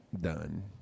Done